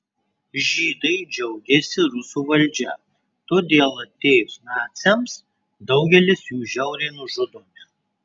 žydai džiaugiasi rusų valdžia todėl atėjus naciams daugelis jų žiauriai nužudomi